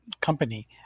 company